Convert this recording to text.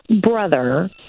brother